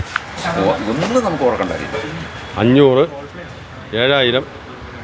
അഞ്ഞൂറ് ഏഴായിരം